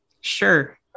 Sure